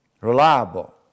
reliable